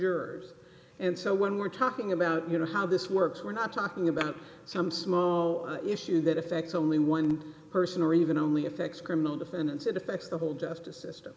yours and so when we're talking about you know how this works we're not talking about some small issue that affects only one person or even only affects criminal defendants it affects the whole justice system